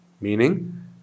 meaning